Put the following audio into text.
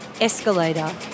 escalator